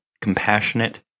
compassionate